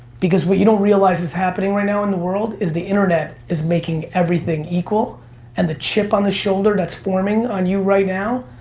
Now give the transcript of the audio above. because what you don't realize is happening right now in the world is the internet is making everything equal and the chip on the shoulder that's forming on you right now,